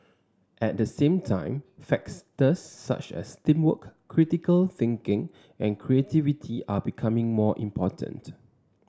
at the same time such as teamwork critical thinking and creativity are becoming more important